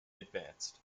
advance